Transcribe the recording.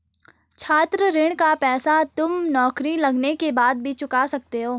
छात्र ऋण का पैसा तुम नौकरी लगने के बाद भी चुका सकते हो